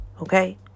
Okay